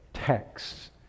texts